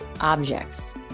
objects